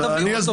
תביא אותו.